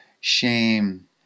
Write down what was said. shame